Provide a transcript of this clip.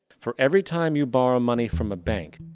for every time you borrow money from a bank,